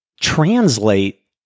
translate